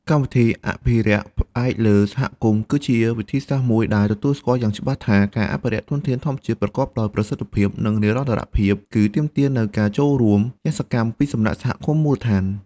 កម្មវិធីអភិរក្សផ្អែកលើសហគមន៍ គឺជាវិធីសាស្រ្តមួយដែលទទួលស្គាល់យ៉ាងច្បាស់ថា ការអភិរក្សធនធានធម្មជាតិប្រកបដោយប្រសិទ្ធភាព និងនិរន្តរភាព គឺទាមទារនូវការចូលរួមយ៉ាងសកម្មពីសំណាក់សហគមន៍មូលដ្ឋាន។